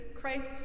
Christ